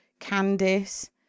Candice